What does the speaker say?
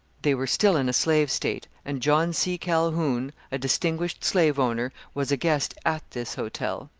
they were still in a slave state, and john c. calhoun, a distinguished slave-owner, was a guest at this hotel.